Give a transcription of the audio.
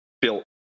built